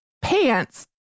Pants